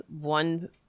One